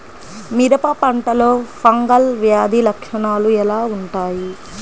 మిరప పంటలో ఫంగల్ వ్యాధి లక్షణాలు ఎలా వుంటాయి?